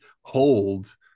hold